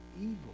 evil